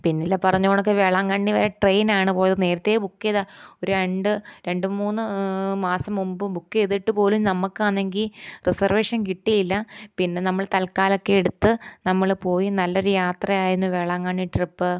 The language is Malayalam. പിന്നില്ലെ പറഞ്ഞ കണക്ക് വേളാങ്കണ്ണി വരെ ട്രെയിനിനാണ് പോയത് നേരത്തേ ബുക്ക് ചെയ്ത ഒരു രണ്ട് രണ്ടുമൂന്ന് മാസം മുമ്പ് ബുക്ക് ചെയ്തിട്ടുപോലും നമുക്കാണെങ്കിൽ റിസർവേഷൻ കിട്ടിയില്ല പിന്നെ നമ്മൾ തൽക്കാലൊക്കെ എടുത്ത് നമ്മൾ പോയി നല്ലൊരു യാത്രയായിരുന്നു വേളാങ്കണ്ണി ട്രിപ്പ്